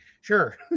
sure